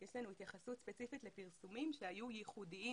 יש לנו התייחסות ספציפית לפרסומים שהיו ייחודיים